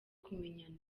kumenyana